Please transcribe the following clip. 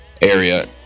area